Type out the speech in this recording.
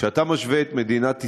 כשאתה משווה את מדינת ישראל,